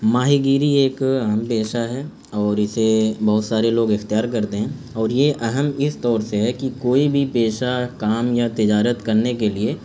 ماہی گیری ایک اہم پیشہ ہے اور اسے بہت سارے لوگ اختیار کرتے ہیں اور یہ اہم اس طور سے ہے کہ کوئی بھی پیشہ کام یا تجارت کرنے کے لیے